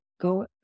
go